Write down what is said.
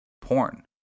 Porn